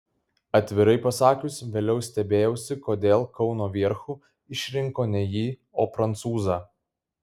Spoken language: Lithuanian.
atvirai pasakius vėliau stebėjausi kodėl kauno vierchu išrinko ne jį o prancūzą